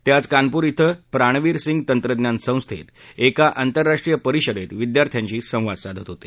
ते आज कानपूर इथं प्राणविर सिंग तंत्रज्ञान संस्थेत एका आंतरराष्ट्रीय परिषदेत विद्यार्थ्यांशी संवाद साधत होते